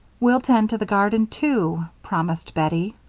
we'll tend to the garden, too, promised bettie.